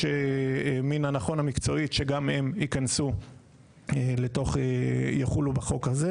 מן הנכון מקצועית שגם הם יהיו בחוק הזה.